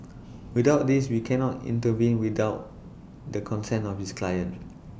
without this we cannot intervene without the consent of this client